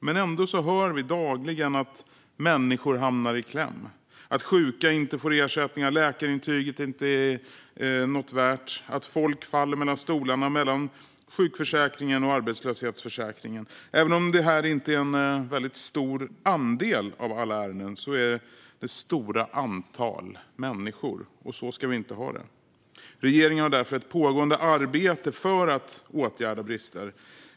Men ändå hör vi dagligen att människor hamnar i kläm, att sjuka inte får ersättning, att läkarintyget inte är något värt, att folk faller mellan stolarna, i det här fallet mellan sjukförsäkringen och arbetslöshetsförsäkringen. Även om det här inte är en stor andel av alla ärenden är det ändå fråga om ett stort antal människor. Och så ska vi inte ha det. Regeringen har därför ett pågående arbete för att åtgärda brister.